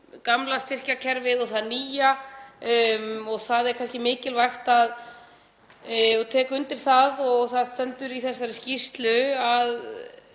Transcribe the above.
gamla styrkjakerfið og það nýja. Það er kannski mikilvægt, og ég tek undir það og það stendur í þessari skýrslu, að